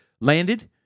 landed